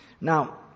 Now